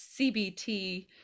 CBT